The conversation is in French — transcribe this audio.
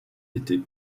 été